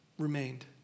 remained